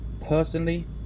personally